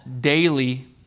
daily